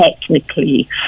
technically